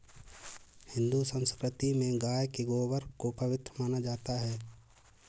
हिंदू संस्कृति में गाय के गोबर को पवित्र माना जाता है